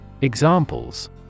Examples